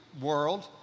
world